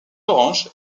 orange